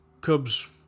Cubs